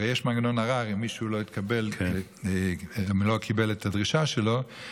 הרי יש מנגנון ערר אם מישהו לא קיבל את הדרישה שלו,